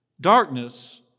Darkness